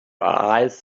eyes